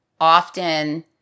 often